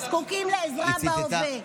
זה מה שהוא אומר לך.